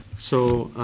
so,